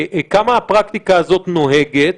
כמה הפרקטיקה הזאת נוהגת?